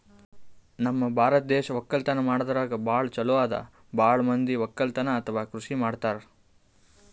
ನಮ್ ಭಾರತ್ ದೇಶ್ ವಕ್ಕಲತನ್ ಮಾಡದ್ರಾಗೆ ಭಾಳ್ ಛಲೋ ಅದಾ ಭಾಳ್ ಮಂದಿ ವಕ್ಕಲತನ್ ಅಥವಾ ಕೃಷಿ ಮಾಡ್ತಾರ್